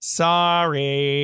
sorry